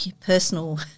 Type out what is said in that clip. personal